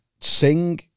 sing